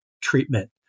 treatment